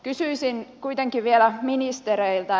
kysyisin kuitenkin vielä ministereiltä